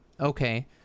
Okay